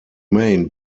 main